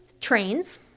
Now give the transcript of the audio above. trains